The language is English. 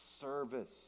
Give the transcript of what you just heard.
service